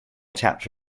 chapter